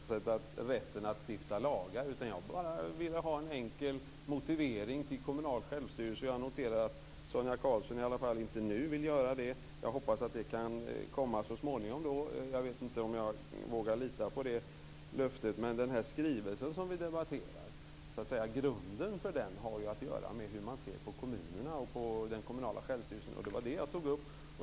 Fru talman! Jag vet inte om någon har ifrågasatt rätten att stifta lagar. Jag vill bara ha en enkel motivering till den kommunala självstyrelsen. Jag noterar att Sonia Karlsson i alla fall inte nu vill ge den. Jag hoppas att den kan komma så småningom. Jag vet inte om jag vågar lita på det löftet. Grunden för den skrivelse vi debatterar har att göra med hur man ser på kommunerna och den kommunala självstyrelsen. Det var det jag tog upp.